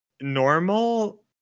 normal